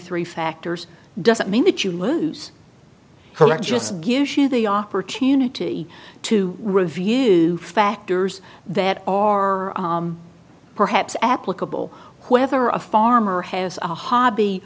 three factors doesn't mean that you lose correct just gives you the opportunity to review factors that are perhaps applicable whether a farmer has a hobby